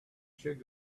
should